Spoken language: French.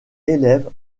élève